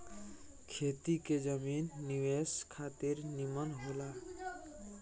खेती के जमीन निवेश खातिर निमन होला